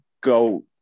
go